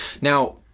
now